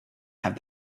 have